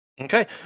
Okay